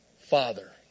father